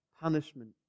punishment